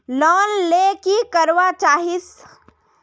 Loan ले की करवा चाहीस?